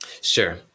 Sure